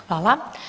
Hvala.